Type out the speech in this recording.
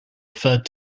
referred